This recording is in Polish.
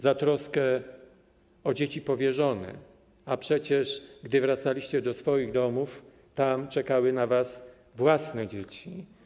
Za troskę o dzieci powierzone, a przecież gdy wracaliście do swoich domów, tam czekały na was własne dzieci.